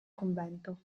convento